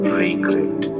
regret